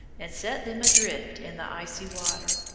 and set them adrift in the icy water.